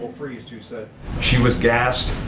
priest who said she was gassed.